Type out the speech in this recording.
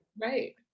Right